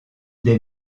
des